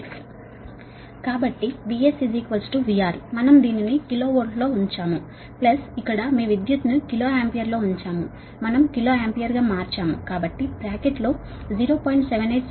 కాబట్టి VS VR మనం దీనిని కిలో వోల్ట్ లో ఉంచాము ప్లస్ ఇక్కడ మీ విద్యుత్తును కిలో ఆంపియర్లో ఉంచాము మనం కిలో ఆంపియర్గా మార్చాము కాబట్టి బ్రాకెట్లో 0